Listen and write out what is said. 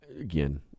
Again